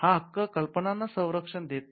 हा हक्क कल्पनांना संरक्षण देत नाही